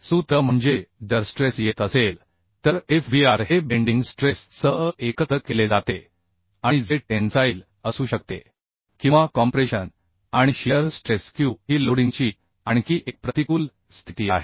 सूत्र म्हणजे जरस्ट्रेस येत असेल तर fbr हे बेंडिंग स्ट्रेस सह एकत्र केले जाते आणि जे टेन्साईल असू शकते किंवा कॉम्प्रेशन आणि शियर स्ट्रेस q ही लोडिंगची आणखी एक प्रतिकूल स्थिती आहे